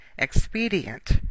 expedient